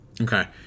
Okay